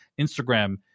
instagram